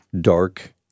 dark